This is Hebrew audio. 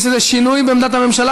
יש איזה שינוי בעמדת הממשלה,